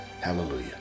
Hallelujah